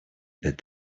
that